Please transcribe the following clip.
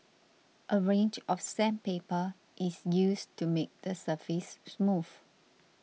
a range of sandpaper is used to make the surface smooth